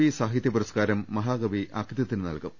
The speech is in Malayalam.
വി സാഹിത്യപുരസ്കാരം മഹാകവി അക്കിത്തതിന് നൽകും